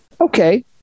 Okay